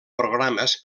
programes